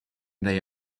they